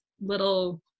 little